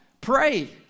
Pray